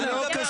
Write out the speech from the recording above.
זה לא קשור.